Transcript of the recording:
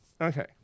Okay